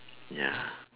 ya